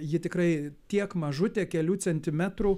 ji tikrai tiek mažutė kelių centimetrų